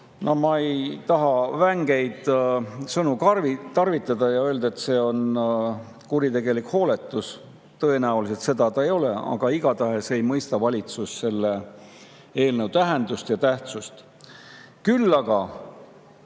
Ma ei taha vängeid sõnu tarvitada ja öelda, et see on kuritegelik hooletus. Tõenäoliselt see seda ei ole, aga igatahes ei mõista valitsus selle eelnõu tähendust ja tähtsust. Küll aga